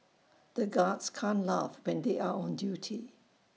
the guards can't laugh when they are on duty